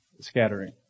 Scattering